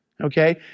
Okay